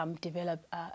develop